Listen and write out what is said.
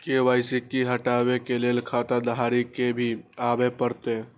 KYC हटाबै के लैल खाता धारी के भी आबे परतै?